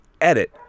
edit